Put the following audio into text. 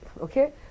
okay